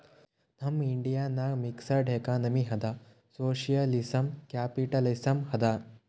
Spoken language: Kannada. ನಮ್ ಇಂಡಿಯಾ ನಾಗ್ ಮಿಕ್ಸಡ್ ಎಕನಾಮಿ ಅದಾ ಸೋಶಿಯಲಿಸಂ, ಕ್ಯಾಪಿಟಲಿಸಂ ಅದಾ